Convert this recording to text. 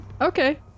Okay